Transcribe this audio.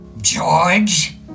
George